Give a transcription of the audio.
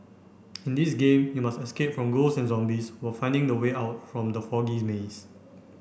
in this game you must escape from ghosts and zombies while finding the way out from the foggy maze